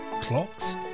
clocks